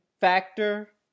factor